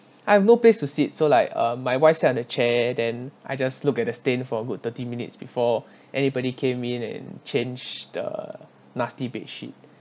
I have no place to seat so like uh my wife sat on the chair then I just look at the staine for a good thirty minutes before anybody came in and change the nasty bedsheet